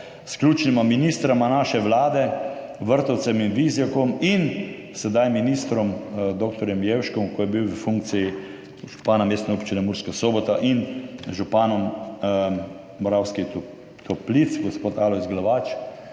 s ključnima ministroma naše vlade Vrtovcem in Vizjakom in sedaj ministrom dr. Jevškom, ko je bil v funkciji župana Mestne občine Murska Sobota, in županom Moravskih Toplic gospodom Alojzom Glavačem.